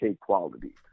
quality